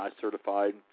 certified